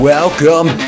Welcome